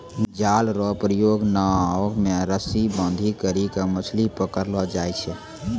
जाल रो प्रयोग नाव मे रस्सी बांधी करी के मछली पकड़लो जाय छै